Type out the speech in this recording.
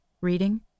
reading